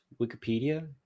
Wikipedia